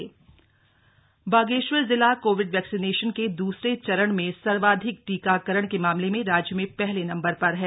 Covid टीकाकरण बागेश्वर बागेश्वर जिला COVID vaccination के दूसरे चरण में सर्वाधिक टीकाकरण के मामले में राज्य में पहले नंबर पर है